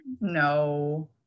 no